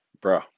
bro